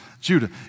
Judah